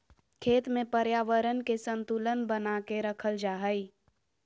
खेत में पर्यावरण के संतुलन बना के रखल जा हइ